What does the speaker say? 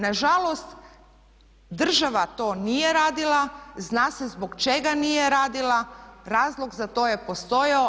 Nažalost država to nije radila, zna se zbog čega nije radila, razlog za to je postojao.